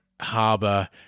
harbour